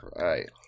right